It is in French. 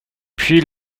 puis